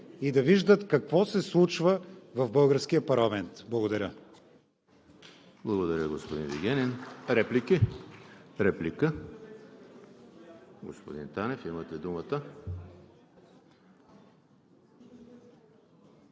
и да виждат какво се случва в българския парламент. Благодаря.